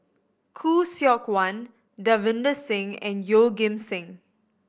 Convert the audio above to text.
Khoo Seok Wan Davinder Singh and Yeoh Ghim Seng